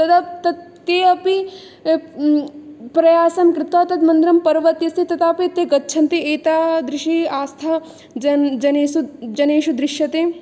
तदा तत् तेऽपि प्रयासं कृत्वा तत् मन्दिरं पर्वतस्य तथापि ते गच्छन्ति एतादृशी आस्था जन् जनेषु जनेषु दृश्यते